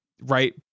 right